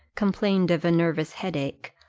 complained of a nervous head-ache,